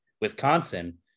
Wisconsin